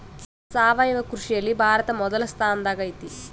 ಸಾವಯವ ಕೃಷಿಯಲ್ಲಿ ಭಾರತ ಮೊದಲ ಸ್ಥಾನದಾಗ್ ಐತಿ